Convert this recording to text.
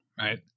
Right